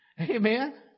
Amen